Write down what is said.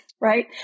Right